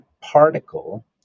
particle